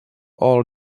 all